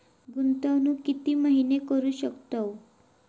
गुंतवणूक किती महिने करू शकतव?